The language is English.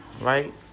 right